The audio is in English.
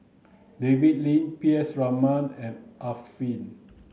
David Lim P S Raman and Arifin